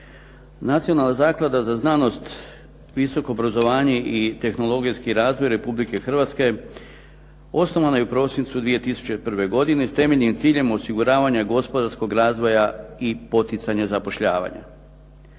Nacionalna zaklada za znanost, visoko obrazovanje i tehnologijski razvoj Republike Hrvatske osnovana je u prosincu 2001. godine s temeljnim ciljem osiguravanja gospodarskog razvoja i poticanja zapošljavanja.